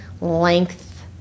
length